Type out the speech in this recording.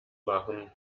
machen